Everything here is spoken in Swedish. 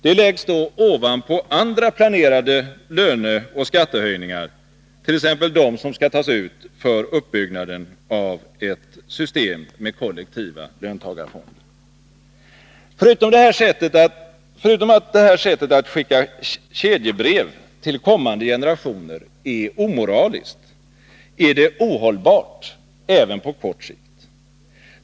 Detta läggs då ovanpå andra planerade löneoch skattehöjningar, t.ex. dem som skall tas ut för uppbyggnaden av ett system med kollektiva löntagarfonder. Förutom att det här sättet att skicka kedjebrev till kommande generationer är omoraliskt, är det ohållbart även på kort sikt.